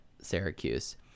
Syracuse